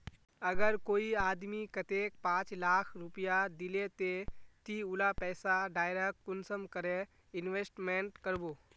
अगर कोई आदमी कतेक पाँच लाख रुपया दिले ते ती उला पैसा डायरक कुंसम करे इन्वेस्टमेंट करबो?